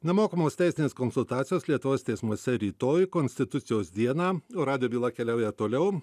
nemokamos teisinės konsultacijos lietuvos teismuose rytoj konstitucijos dieną o radijo byla keliauja toliau